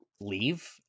leave